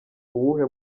uwuhe